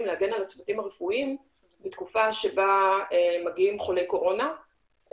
להגן על הצוותים הרפואיים בתקופה שבה מגיעים חולי קורונה,